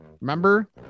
remember